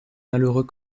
malheureux